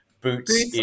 boots